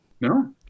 No